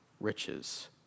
riches